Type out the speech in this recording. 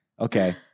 okay